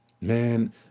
man